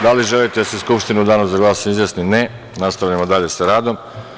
Da li želite da se Skupština u danu za glasanje izjasni? (Ne) Nastavljamo sa radom.